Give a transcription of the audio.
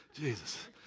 Jesus